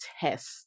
test